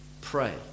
Pray